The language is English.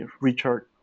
Richard